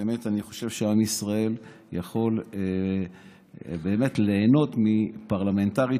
באמת אני חושב שעם ישראל יכול ליהנות מפרלמנטרית